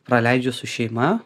praleidžiu su šeima